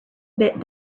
bit